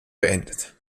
beendet